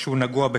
שהוא נגוע בכלבת.